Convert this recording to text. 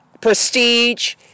prestige